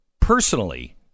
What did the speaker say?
Personally